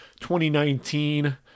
2019